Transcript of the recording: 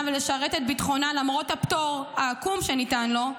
ולשרת את ביטחונה למרות הפטור העקום שניתן לו,